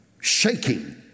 shaking